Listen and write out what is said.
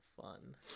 fun